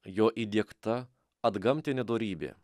jo įdiegta antgamtinė dorybė